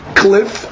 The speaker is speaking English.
cliff